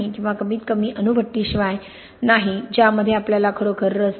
किंवा कमीतकमी अणुभट्टीशिवाय नाही ज्यामध्ये आपल्याला खरोखर रस नाही